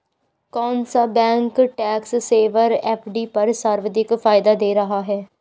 कौन सा bank tax saver FD पर सर्वाधिक फायदा दे रहा है?